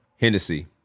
Hennessy